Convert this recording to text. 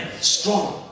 strong